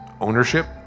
ownership